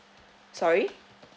sorry